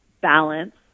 balance